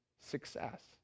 success